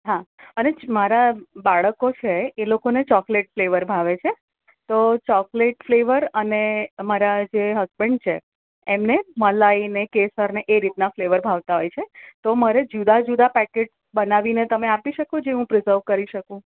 હા અને જે મારાં બાળકો છે એ લોકોને ચોકલેટ ફ્લેવર ભાવે છે તો ચોકલેટ ફ્લેવર અને મારા જે હસબંડ છે એમને મલાઈ ને કેસર ને એ રીતના ફ્લેવર ભાવતાં હોય છે તો મને જુદાં જુદાં પેકેટ્સ બનાવીને તમે આપી શકો જે હું પ્રિઝર્વ કરી શકું